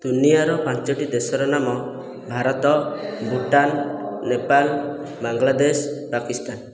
ଦୁନିଆଁର ପାଞ୍ଚୋଟି ଦେଶର ନାମ ଭାରତ ଭୁଟାନ ନେପାଲ ବାଂଲାଦେଶ ପାକିସ୍ତାନ